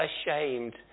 ashamed